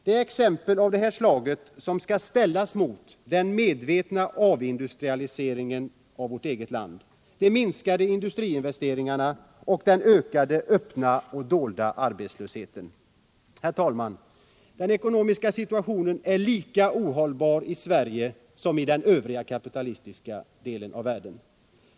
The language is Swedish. Det är exempel av det här slaget som skall ställas mot den medvetna avindustrialiseringen av Sverige, de minskade industriinvesteringarna och den ökande öppna och dolda arbetslösheten. Herr talman! Den ekonomiska situationen är lika ohållbar i Sverige som i övriga kapitalistiska länder.